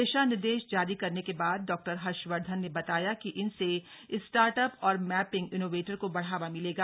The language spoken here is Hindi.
दिशा निर्देश जारी करने के बाद डॉक्टर हर्षवधन ने बताया कि इनसे स्टार्ट अप और मैपिंग इनोवेटर को बढ़ावा मिलेगा